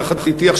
יחד אתי,